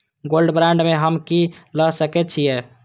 Gold bond में हम की ल सकै छियै?